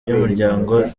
ry’umuryango